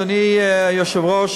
אדוני היושב-ראש,